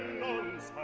notice